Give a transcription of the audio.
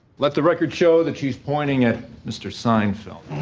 let the record show that she's pointing at mr. seinfeld